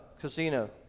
casino